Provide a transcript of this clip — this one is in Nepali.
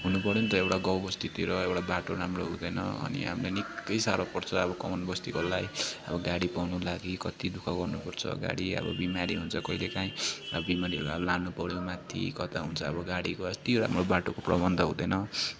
हुनुपर्यो नि त एउटा गाउँबस्तीतिर एउटा बाटो राम्रो हुँदैन अनि हामीलाई निकै साह्रो पर्छ अब कमानबस्तीकोलाई अब गाडी पाउनु लागि कत्ति दुःख गर्नुपर्छ गाडी अब बिमारी हुन्छ कहिलेकाहीँ अब बिमारीहरूलाई लानुपर्यो माथि कता हुन्छ अब गाडीको अति राम्रो बाटोको प्रबन्ध हुँदैन